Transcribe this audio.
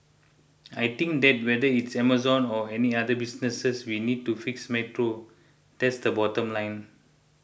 I think that whether it's Amazon or any other businesses we need to fix metro that's the bottom line